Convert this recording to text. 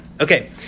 Okay